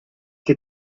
che